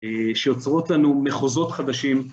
שיוצרות לנו מחוזות חדשים.